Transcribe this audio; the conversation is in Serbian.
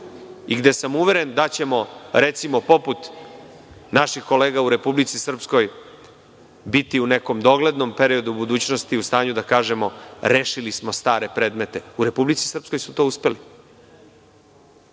i gde sam uveren da ćemo poput naših kolega u Republici Srpskoj biti u nekom doglednom periodu, u budućnosti u stanju da kažemo da smo rešili stare predmete. U Republici Srpskoj su to uspeli.